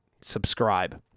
subscribe